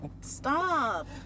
Stop